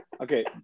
Okay